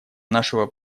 нашего